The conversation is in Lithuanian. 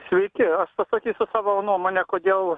sveiki aš pasakysiu savo nuomonę kodėl